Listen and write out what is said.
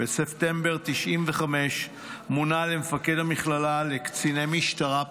ובספטמבר 1995 מונה למפקד המכללה לקציני משטרה בכירים.